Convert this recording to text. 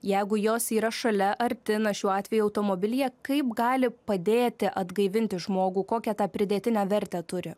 jeigu jos yra šalia arti na šiuo atveju automobilyje kaip gali padėti atgaivinti žmogų kokią tą pridėtinę vertę turi